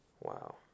Wow